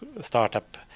startup